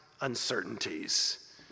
uncertainties